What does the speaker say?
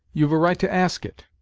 you've a right to ask it.